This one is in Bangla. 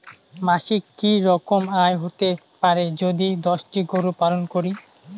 মাসিক কি রকম আয় হতে পারে যদি দশটি গরু পালন করি?